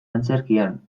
antzerkian